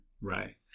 Right